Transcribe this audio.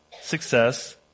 success